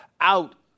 out